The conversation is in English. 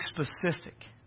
specific